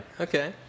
Okay